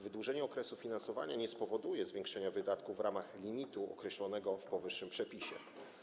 Wydłużenie okresu finansowania nie spowoduje zwiększenia wydatków w ramach limitu określonego w powyższym przepisie.